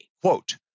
quote